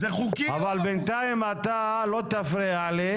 אבל בינתיים אתה לא תפריע לי.